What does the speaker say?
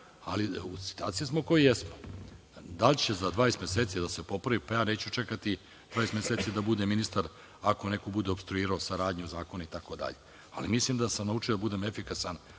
ali u situaciji smo u kojoj jesmo. Da li će za 20 meseci da se popravi pa ja neću čekati 20 meseci da budem ministar ako neko bude opstruirao saradnju zakona itd. Ali mislim da sam naučio da budem efikasan